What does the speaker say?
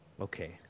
Okay